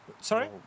Sorry